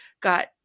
got